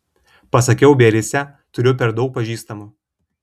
pasakiau biarice turiu per daug pažįstamų